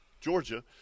Georgia